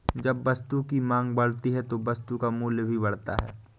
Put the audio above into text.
जब वस्तु की मांग बढ़ती है तो वस्तु का मूल्य भी बढ़ता है